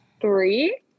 three